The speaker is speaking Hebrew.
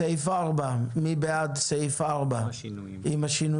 מי בעד סעיף 4, עם השינויים?